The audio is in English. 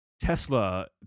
Tesla